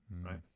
Right